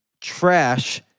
trash